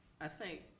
i think,